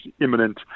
imminent